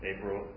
April